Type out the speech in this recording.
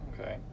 Okay